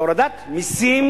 זה הורדת מסים